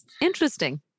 Interesting